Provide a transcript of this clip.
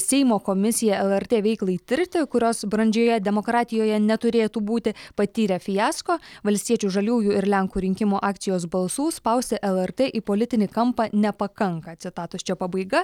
seimo komisija lrt veiklai tirti kurios brandžioje demokratijoje neturėtų būti patyrė fiasko valstiečių žaliųjų ir lenkų rinkimų akcijos balsų spausti lrt į politinį kampą nepakanka citatos čia pabaiga